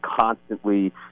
constantly